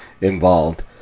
involved